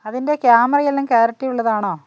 അതിൻ്റെ ക്യാമറയെല്ലാം ക്യാരിറ്റി ഉള്ളതാണോ